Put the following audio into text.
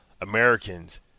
Americans